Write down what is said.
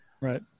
Right